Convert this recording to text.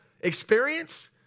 experience